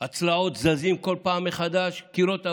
הצלעות זזים כל פעם מחדש, קירות הבית.